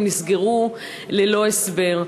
הם נסגרו ללא הסבר.